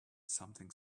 something